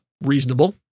reasonable